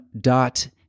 dot